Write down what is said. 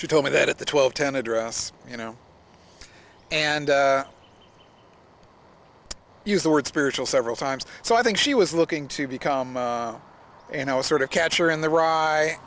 she told me that at the twelve ten address you know and use the word spiritual several times so i think she was looking to become you know a sort of catcher in the rye